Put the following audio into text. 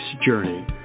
journey